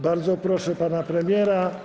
Bardzo proszę pana premiera.